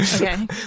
Okay